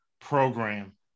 program